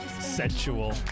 sensual